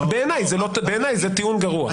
בעיניי, זה טיעון גרוע.